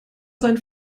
seinen